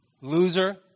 Loser